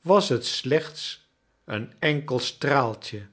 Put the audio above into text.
was het slechts een enkel straaltje